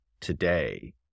today